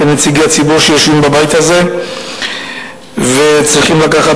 כנציגי ציבור שיושבים בבית הזה וצריכים לקחת